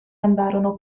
andarono